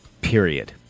period